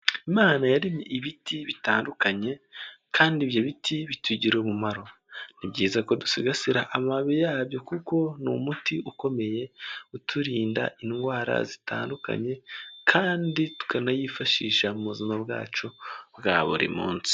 Imana yaremye ibiti bitandukanye kandi ibyo biti bitugirira umumaro, ni byiza ko dusigasira amababi yabyo kuko ni umuti ukomeye uturinda indwara zitandukanye kandi tukanayifashisha mu buzima bwacu bwa buri munsi.